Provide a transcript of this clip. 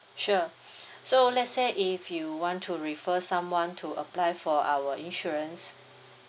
sure so let's say if you want to refer someone to apply for our insurance